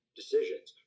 decisions